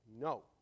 no